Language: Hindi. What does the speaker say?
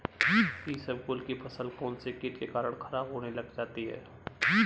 इसबगोल की फसल कौनसे कीट के कारण खराब होने लग जाती है?